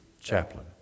chaplain